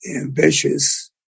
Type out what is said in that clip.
ambitious